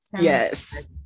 Yes